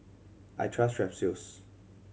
I trust Strepsils